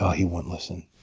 he wouldn't listen.